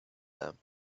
them